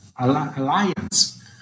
alliance